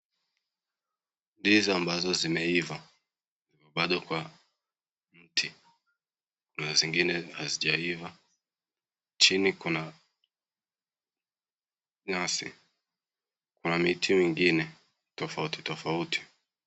Ndizi ambazo zimeiva ziko bado kwa mti na zingine hazijaiva. Chini kuna nyasi na miti mingine tofauti tofauti.